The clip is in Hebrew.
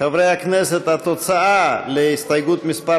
חברי הכנסת, התוצאה, הסתייגות מס'